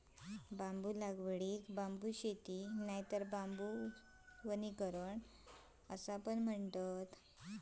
बांबू लागवडीक बांबू शेती नायतर बांबू वनीकरण असाय म्हणतत